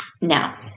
Now